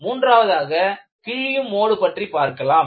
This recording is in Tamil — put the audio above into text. இப்போது மூன்றாவதாக கிழியும் மோடு பற்றி பார்க்கலாம்